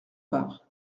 part